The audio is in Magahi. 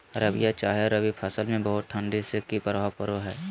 रबिया चाहे रवि फसल में बहुत ठंडी से की प्रभाव पड़ो है?